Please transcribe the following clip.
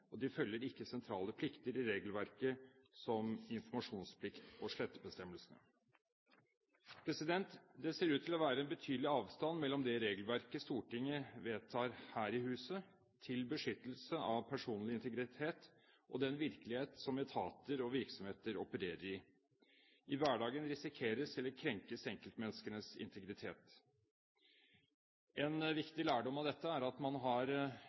og de følger ikke sentrale plikter i regelverket, som informasjonsplikten og slettebestemmelsene. Det ser ut til å være en betydelig avstand mellom det regelverket Stortinget vedtar her i huset til beskyttelse av personlig integritet, og den virkelighet som etater og virksomheter opererer i. I hverdagen krenkes enkeltmenneskenes integritet. En viktig lærdom av dette er at man har